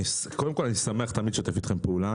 אני תמיד שמח לשתף איתכם פעולה.